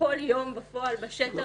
כל יום בפועל בשטח